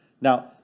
Now